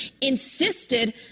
insisted